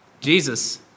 Jesus